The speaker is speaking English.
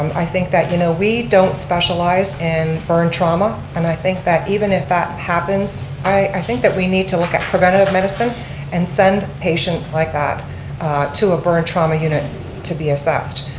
um i think that you know we don't specialize in burn trauma, and i think that even if that happens i think that we need to look at preventative medicine and send patients like that to a burn trauma unit to be assessed,